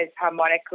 harmonically